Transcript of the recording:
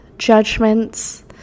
judgments